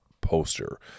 poster